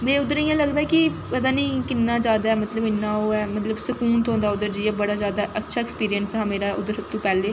ते उद्धर इ'यां लगदा ऐ कि पता निं किन्ना जादा मतलब इन्ना ओह् ऐ मतलब सकून थ्होंदा उद्धर जाइयै बड़ा जादा अच्छा अक्सपिरिंस हा मेरा उद्धर सब तो पैह्लें